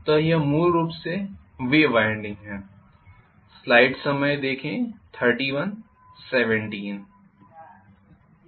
तो यह मूल रूप से वेव वाइंडिंग है